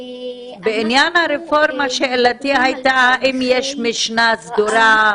בעניין הרפורמה, שאלתי הייתה אם יש משנה סדורה?